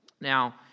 Now